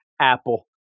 Apple